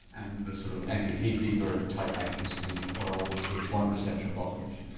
and the sort of anti-hay fever type antihistamines are all h one receptor blockers.